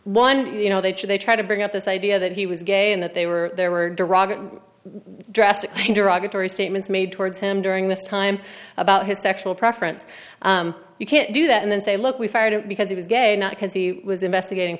one you know they should they try to bring up this idea that he was gay and that they were there were derogative drastic derogatory statements made towards him during this time about his sexual preference you can't do that and then say look we fired it because he was gay not because he was investigating